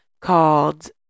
called